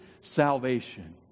salvation